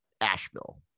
Asheville